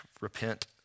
repent